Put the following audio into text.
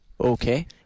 okay